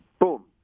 boom